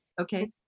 Okay